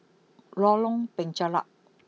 Lorong Penchalak